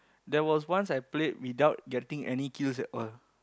there was once I played without getting any kills at all